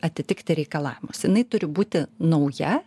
atitikti reikalavimus jinai turi būti nauja